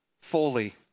fully